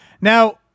Now